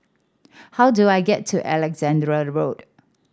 how do I get to Alexandra Road